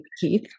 Keith